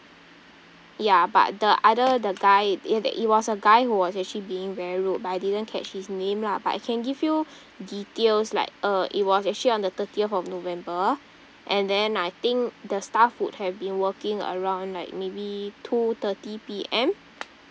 ya but the other the guy it that it was a guy who was actually being very rude but I didn't catch his name lah but I can give you details like uh it was actually on the thirtieth of november and then I think the staff would have been working around like maybe two thirty P_M